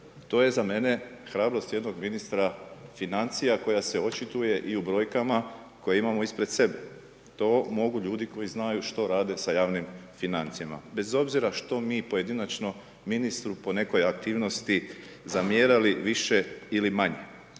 to je za mene hrabrost jednog ministra financija koja se očituje i u brojkama koje imamo ispred sebe. To mogu ljudi koji znaju što rade sa javnim financijama, bez obzira što mi pojedinačno ministru po nekoj aktivnosti zamjerali više ili manje,